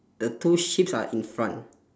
the two sheeps are in front